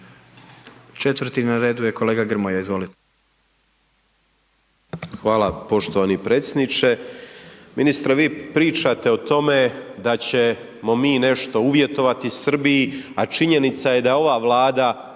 4. na redu je kolega Grmoja, izvolite.